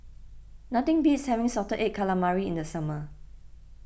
nothing beats having Salted Egg Calamari in the summer